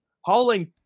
hauling